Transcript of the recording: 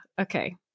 okay